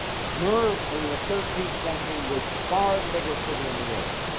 merv in the thirteenth century was far the biggest city in the world.